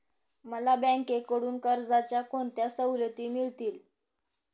मला बँकेकडून कर्जाच्या कोणत्या सवलती मिळतील?